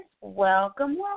welcome